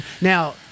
now